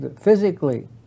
physically